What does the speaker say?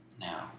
Now